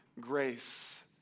grace